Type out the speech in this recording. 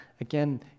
again